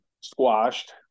squashed